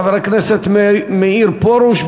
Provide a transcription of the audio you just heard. חבר הכנסת מאיר פרוש.